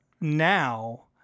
now